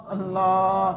Allah